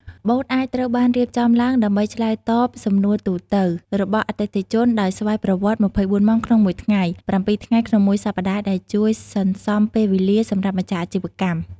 បូតអាចត្រូវបានរៀបចំឡើងដើម្បីឆ្លើយតបសំណួរទូទៅរបស់អតិថិជនដោយស្វ័យប្រវត្តិ ២៤ ម៉ោងក្នុងមួយថ្ងៃ ៧ ថ្ងៃក្នុងមួយសប្ដាហ៍ ដែលជួយសន្សំពេលវេលាសម្រាប់ម្ចាស់អាជីវកម្ម។